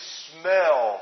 smell